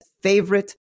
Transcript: favorite